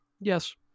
Yes